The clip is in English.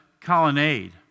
colonnade